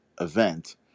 event